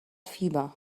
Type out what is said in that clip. fieber